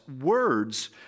words